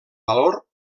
valor